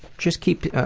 just keep, ah.